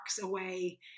away